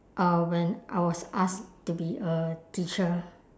uh when I was asked to be a teacher